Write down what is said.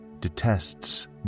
detests